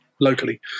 locally